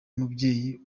mubyeyi